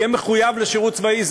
יהיה מחויב לשירות צבאי.